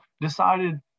decided